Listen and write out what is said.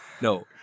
No